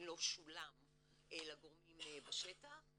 הצבא ידווח.